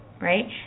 right